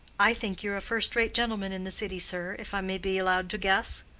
i think you're a first-rate gentleman in the city, sir, if i may be allowed to guess.